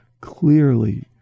clearly